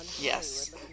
Yes